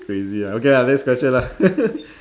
crazy ah okay lah next question lah